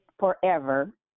Forever